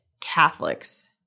Catholics